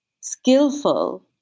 skillful